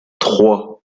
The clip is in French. trois